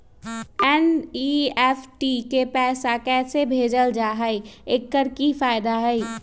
NEFT से पैसा कैसे भेजल जाइछइ? एकर की फायदा हई?